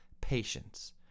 patience